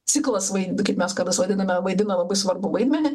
ciklas vaid kaip mes kartais vadiname vaidina labai svarbų vaidmenį